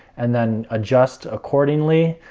and then adjust accordingly.